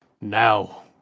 Now